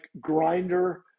grinder